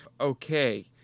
Okay